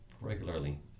regularly